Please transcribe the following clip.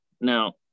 Now